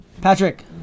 Patrick